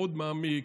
מאוד מעמיק,